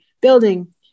building